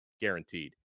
guaranteed